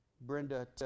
Brenda